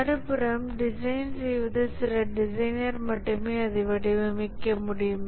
மறுபுறம் டிசைன் செய்வது சில டிசைனர் மட்டுமே அதை வடிவமைக்க முடியும்